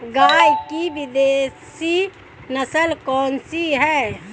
गाय की विदेशी नस्ल कौन सी है?